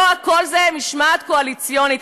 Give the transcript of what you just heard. לא הכול זה משמעת קואליציונית.